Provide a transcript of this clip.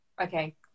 Okay